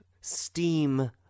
steam